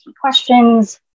questions